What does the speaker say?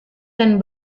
dan